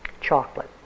Chocolate